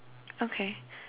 okay